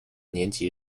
年级